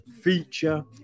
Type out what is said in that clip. feature